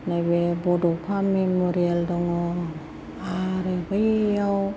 नैबे बड'फा मेम'रियेल दङ आरो बैयाव